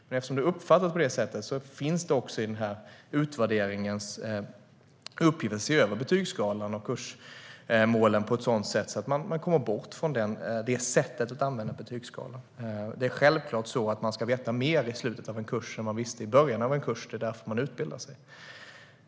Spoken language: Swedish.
Men eftersom det uppfattas på det sättet är det också en uppgift i utvärderingen att se över betygsskalan och kursmålen på ett sådant sätt att man kommer bort från det sättet att använda betygsskalan. Självklart ska man veta mer i slutet av en kurs än man visste i början av en kurs - det är därför man utbildar sig.